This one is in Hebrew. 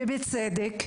ובצדק.